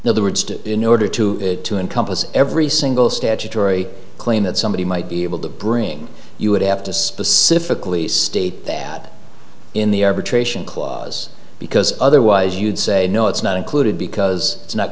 in other words in order to it to encompass every single statutory claim that somebody might be able to bring you would have to specifically state that in the arbitration clause because otherwise you'd say no it's not included because it's not